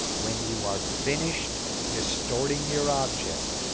when you are finished distorting your object.